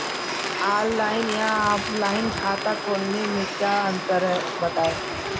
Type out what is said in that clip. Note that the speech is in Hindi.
ऑनलाइन या ऑफलाइन खाता खोलने में क्या अंतर है बताएँ?